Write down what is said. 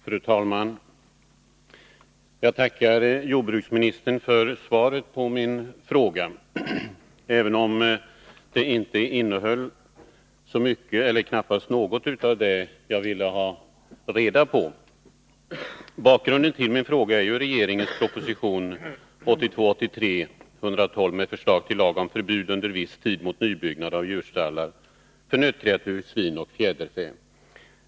Fru talman! Jag tackar jordbruksministern för svaret på min fråga, även om det knappast innehöll något av det jag ville ha reda på. Bakgrunden till min fråga är regeringens proposition 1982/83:112 med förslag till lag om förbud under viss tid mot nybyggnad av djurstallar för nötkreatur, svin och fjäderfä.